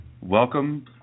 welcome